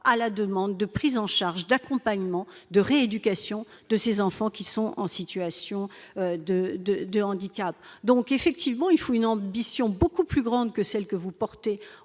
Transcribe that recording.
la demande de prise en charge, d'accompagnement et de rééducation de ces enfants en situation de handicap. Il convient donc d'avoir une ambition beaucoup plus grande que celle que vous portez au